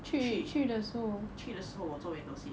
去去的时候我坐 window seat